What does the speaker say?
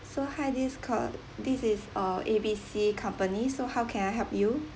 so hi this is call this is uh A B C company so how can I help you